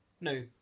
No